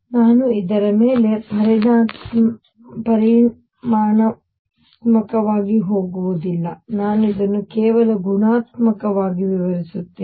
ನಾನು ಇದರ ಮೇಲೆ ಪರಿಮಾಣಾತ್ಮಕವಾಗಿ ಹೋಗುವುದಿಲ್ಲ ನಾನು ಇದನ್ನು ಕೇವಲ ಗುಣಾತ್ಮಕವಾಗಿ ವಿವರಿಸುತ್ತೇನೆ